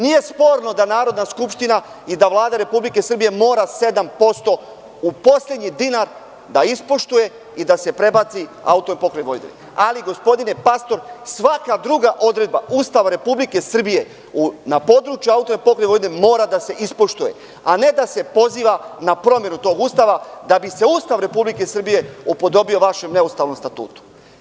Nije sporno da Narodna skupština i da Vlada Republike Srbije moram 7% u poslednji dinar da ispoštuje i da se prebaci AP Vojvodini, ali, gospodine Pastor, svaka druga odredba Ustava Republike Srbije na području AP Vojvodine mora da se ispoštuje, a ne da se poziva na promenu tog Ustava da bi se Ustav Republike Srbije upodobio vašem neustavnom Statutu.